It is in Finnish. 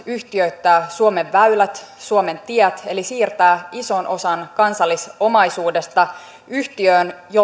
yhtiöittää myös suomen väylät suomen tiet eli siirtää ison osan kansallisomaisuudesta yhtiöön